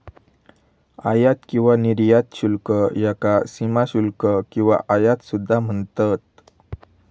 आयात किंवा निर्यात शुल्क याका सीमाशुल्क किंवा आयात सुद्धा म्हणतत